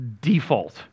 default